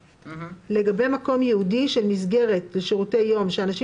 " לגבי מקום ייעודי של מסגרת לשירותי יום שאנשים